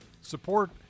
support